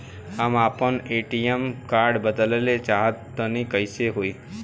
हम आपन ATM card बदलल चाह तनि कइसे होई?